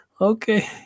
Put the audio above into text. Okay